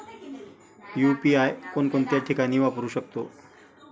UPI कोणकोणत्या ठिकाणी वापरू शकतो?